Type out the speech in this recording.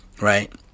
right